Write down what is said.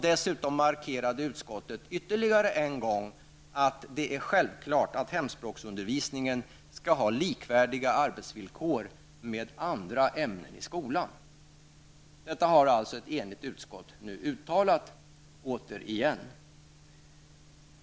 Dessutom markerade utskottet ytterligare en gång att det är självklart att hemspråksundervisningen skall ha likvärdiga arbetsvillkor med andra ämnen i skolan. Detta har alltså ett enigt utskott uttalat, återigen.